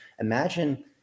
Imagine